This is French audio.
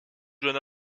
jeune